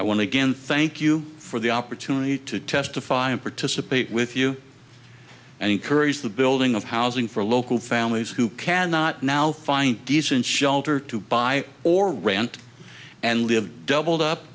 get thank you for the opportunity to testify and participate with you and encourage the building of housing for local families who cannot now find decent shelter to buy or rent and live doubled up